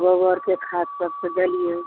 गोबरके खाद सब तऽ देलियै